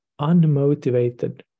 unmotivated